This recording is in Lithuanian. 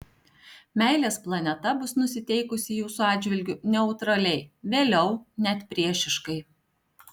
meilės planeta bus nusiteikusi jūsų atžvilgiu neutraliai vėliau net priešiškai